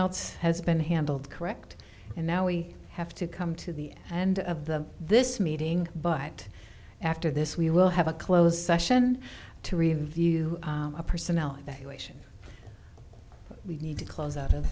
else has been handled correct and now we have to come to the and of the this meeting but after this we will have a close session to review the personnel that you ation we need to close out of